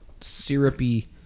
syrupy